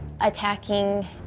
attacking